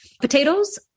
potatoes